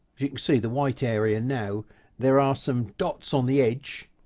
you can see the white area now there are some dots on the edge